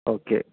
okay